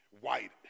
white